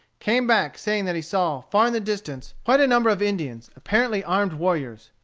came back saying that he saw far in the distance quite a number of indians, apparently armed warriors.